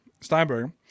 Steinberg